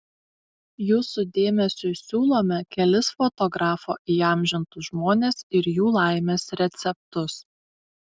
jūsų dėmesiui siūlome kelis fotografo įamžintus žmones ir jų laimės receptus